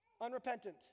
Unrepentant